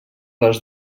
les